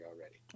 already